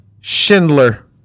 Schindler